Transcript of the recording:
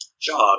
job